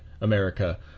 America